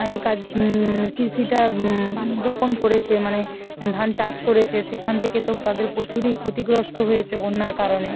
এই কাজ মানে কিষিটা রোপণ করেচে মানে ধান চাষ করেছে সেখান থেকে তো তাদের প্রচুরিই ক্ষতিগ্রস্ত হয়েছে বন্যার কারণে